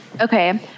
Okay